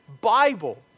Bible